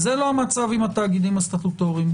זה לא המצב עם התאגידים הסטטוטוריים.